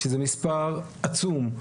שזה מספר עצום.